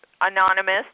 anonymous